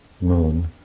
Moon